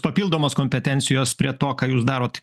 papildomos kompetencijos prie to ką jūs darot